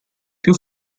più